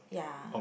ya